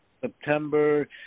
September